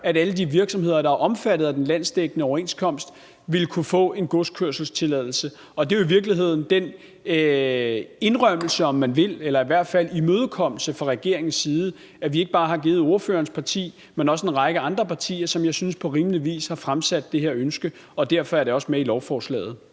at alle de virksomheder, der er omfattet af den landsdækkende overenskomst, vil kunne få en godskørselstilladelse. Det er jo i virkeligheden den indrømmelse, om man vil, eller i hvert fald imødekommelse fra regeringens side, som vi ikke bare har givet ordførerens parti, men også en række andre partier, som jeg synes på rimelig vis har fremsat det her ønske. Derfor er det også med i lovforslaget.